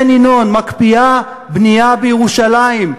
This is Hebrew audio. כן, ינון, מקפיאה בנייה בירושלים.